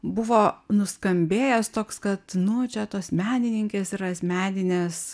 buvo nuskambėjęs toks kad nu čia tos menininkės yra asmeninės